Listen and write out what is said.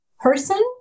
person